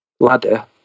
ladder